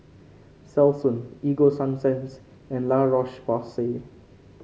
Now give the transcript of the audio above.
Selsun Ego Sunsense and La Roche Porsay